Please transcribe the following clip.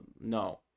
no